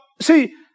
see